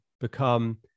become